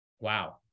Wow